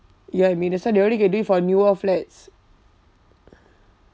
you get what I mean that's why they only can do it for newer flats